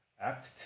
act